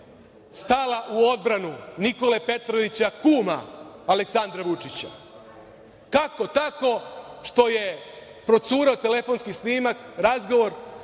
stala u odbranu Nikole Petrovića, kuma Aleksandra Vučića. Kako? Tako što je procureo telefonski snimak, razgovor,